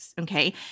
okay